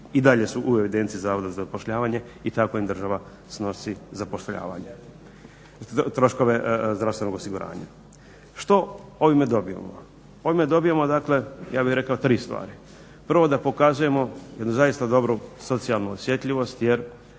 i dalje su u evidenciji Zavoda za zapošljavanje i tako im država snosi zapošljavanje, troškove zdravstvenog osiguranja. Što ovime dobivamo? Ovime dobivamo dakle, ja bih rekao tri stvari. Prvo da pokazujemo jednu zaista dobru socijalnu osjetljivost